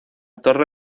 torre